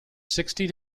sixty